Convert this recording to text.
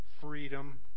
freedom